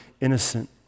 innocent